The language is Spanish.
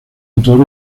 autor